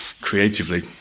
creatively